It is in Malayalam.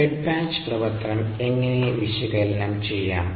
ഫെഡ് ബാച്ച് പ്രവർത്തനം എങ്ങനെ വിശകലനം ചെയ്യാം